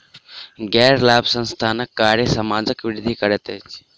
गैर लाभ संस्थानक कार्य समाजक वृद्धि करैत अछि